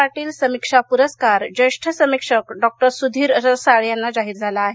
पाटील समीक्षा प्रस्कार ज्येष्ठ समीक्षक डॉक्टर सुधीर रसाळ यांना जाहीर झाला आहे